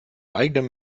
eigenem